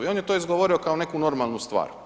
I on je to izgovorio kao neku normalnu stvar.